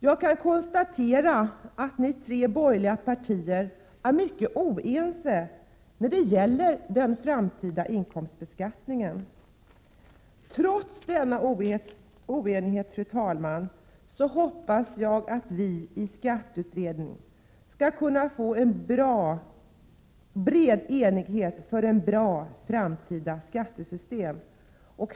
Jag kan konstatera att de tre borgerliga partierna är mycket oeniga när det gäller den framtida inkomstbeskattningen. Trots denna oenighet, fru talman, hoppas jag att vi i skatteutredningen skall kunna få en bred enighet för ett bra framtida skattesystem.